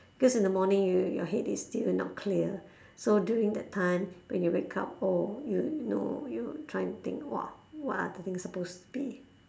cause in the morning you your head is still not clear so during that time when you wake up oh you you know you trying to think !wah! what are the thing supposed to be